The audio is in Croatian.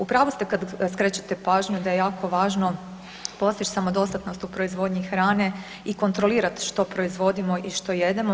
U pravu ste kada skrećete pažnju da je jako važno postići samodostatnost u proizvodnji hrane i kontrolirat što proizvodimo i što jedemo.